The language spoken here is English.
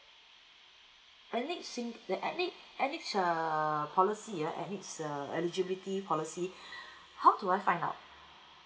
ethnic sing the ethnic ethnic err policy ya ethnic uh eligibility policy how do I find out